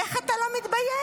איך אתה לא מתבייש?